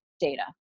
data